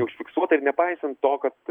neužfiksuota ir nepaisant to kad